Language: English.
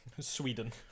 Sweden